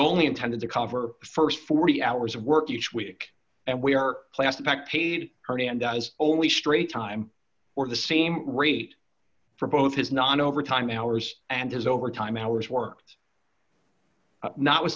was only intended to cover st forty hours of work each week and we are classed back paid hernandez only straight time or the same rate for both his non overtime hours and his overtime hours worked not